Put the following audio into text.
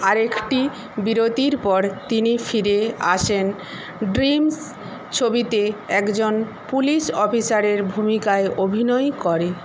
আরেকটি বিরতির পর তিনি ফিরে আসেন ড্রিমস ছবিতে একজন পুলিশ অফিসারের ভূমিকায় অভিনয় করে